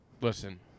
listen